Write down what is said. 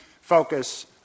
focus